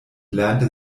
lernte